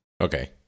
Okay